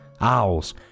owls